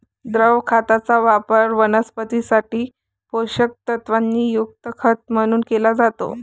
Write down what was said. द्रव खताचा वापर वनस्पतीं साठी पोषक तत्वांनी युक्त खत म्हणून केला जातो